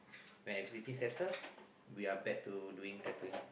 when everything settle we are back to doing tattooing